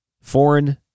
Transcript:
foreign